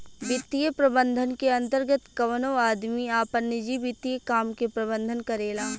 वित्तीय प्रबंधन के अंतर्गत कवनो आदमी आपन निजी वित्तीय काम के प्रबंधन करेला